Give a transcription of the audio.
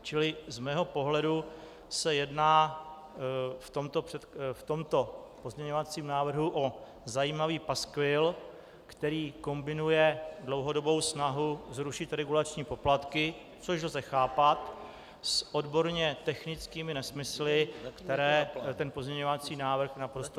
Čili z mého pohledu se jedná v tomto pozměňovacím návrhu o zajímavý paskvil, který kombinuje dlouhodobou snahu zrušit regulační poplatky, což lze chápat, s odborně technickými nesmysly, které ten pozměňovací návrh naprosto dehonestují.